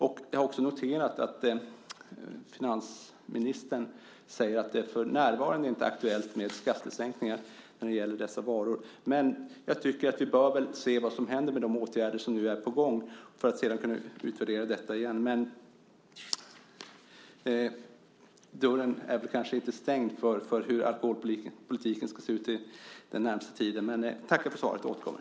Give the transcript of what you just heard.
Jag har noterat att finansministern säger att det för närvarande inte är aktuellt med skattesänkningar när det gäller dessa varor, men jag tycker att vi bör se vad som händer med de åtgärder som nu är på gång för att sedan kunna utvärdera detta igen. Kanske är dörren inte stängd när det gäller hur alkoholpolitiken ska se ut den närmaste tiden. Jag tackar för svaret och återkommer.